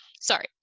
Sorry